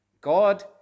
God